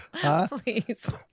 Please